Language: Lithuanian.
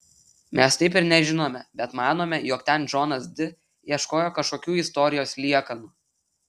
mes taip ir nežinome bet manome jog ten džonas di ieškojo kažkokių istorijos liekanų